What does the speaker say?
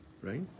right